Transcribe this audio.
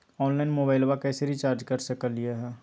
Online मोबाइलबा कैसे recharge कर सकलिए है?